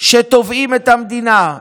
שתובעים את המדינה,